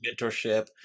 mentorship